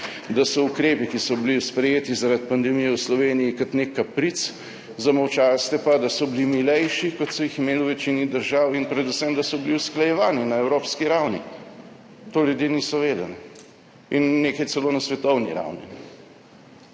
da so ukrepi, ki so bili sprejeti zaradi pandemije v Sloveniji, kot neke kaprice, zamolčali ste pa, da so bili milejši, kot so jih imeli v večini držav, in predvsem, da so bili usklajevani na evropski ravni. Tega ljudje niso vedeli. In nekaj celo na svetovni ravni.